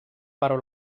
però